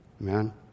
Amen